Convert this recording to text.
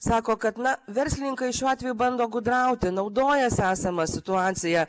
sako kad na verslininkai šiuo atveju bando gudrauti naudojasi esama situacija